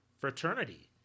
fraternity